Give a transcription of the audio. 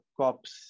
cops